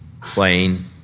plain